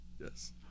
yes